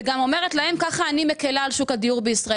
וגם אומרת להם: "כך אני מקלה על שוק הדיור בישראל".